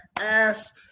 ass